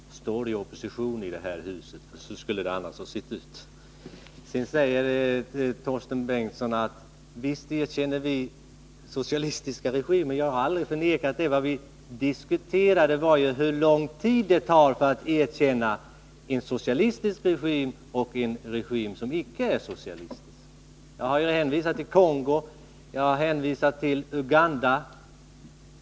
Herr talman! Det är tur att det finns 20 ledamöter som står i opposition i det här huset. Hur skulle det annars ha sett ut? Torsten Bengtson säger att visst erkänner vi socialistiska regimer. Jag har aldrig förnekat det. Det vi diskuterade var ju hur lång tid det tar för att erkänna en socialistisk regim resp. en som icke är socialistisk. Jag har hänvisat till Kongo, och jag har hänvisat till Uganda.